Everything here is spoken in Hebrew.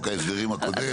בחוק ההסדרים הקודם.